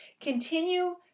Continue